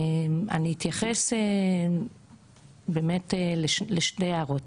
אני אתייחס באמת לשני הערות.